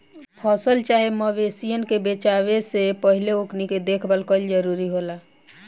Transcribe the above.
फसल चाहे मवेशियन के बेचाये से पहिले ओकनी के देखभाल कईल जरूरी होला